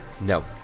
No